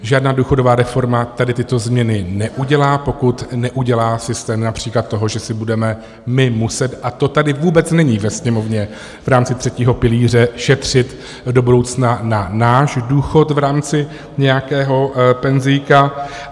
Žádná důchodová reforma tedy tyto změny neudělá, pokud neudělá systém například to, že si budeme my muset a to tady vůbec není ve Sněmovně v rámci třetího pilíře šetřit do budoucna na náš důchod v rámci nějakého penzijka.